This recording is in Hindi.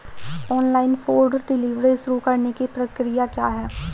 ऑनलाइन फूड डिलीवरी शुरू करने की प्रक्रिया क्या है?